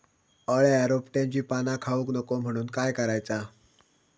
अळ्या रोपट्यांची पाना खाऊक नको म्हणून काय करायचा?